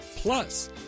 Plus